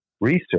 research